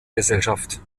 gesellschaft